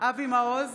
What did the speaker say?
אבי מעוז,